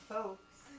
Folks